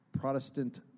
Protestant